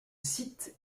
site